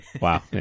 Wow